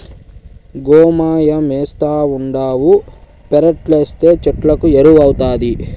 గోమయమేస్తావుండావు పెరట్లేస్తే చెట్లకు ఎరువౌతాది